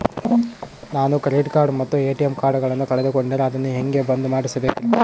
ನಾನು ಕ್ರೆಡಿಟ್ ಮತ್ತ ಎ.ಟಿ.ಎಂ ಕಾರ್ಡಗಳನ್ನು ಕಳಕೊಂಡರೆ ಅದನ್ನು ಹೆಂಗೆ ಬಂದ್ ಮಾಡಿಸಬೇಕ್ರಿ?